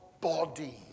body